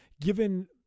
given